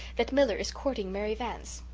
that miller is courting mary vance.